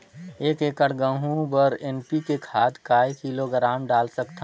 एक एकड़ गहूं बर एन.पी.के खाद काय किलोग्राम डाल सकथन?